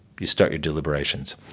you start your deliberations.